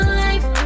life